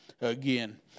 again